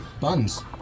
buns